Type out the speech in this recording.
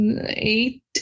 eight